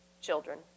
children